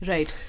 Right